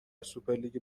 سوپرلیگ